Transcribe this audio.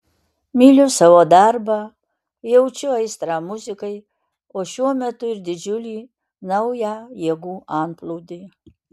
myliu savo darbą jaučiu aistrą muzikai o šiuo metu ir didžiulį naują jėgų antplūdį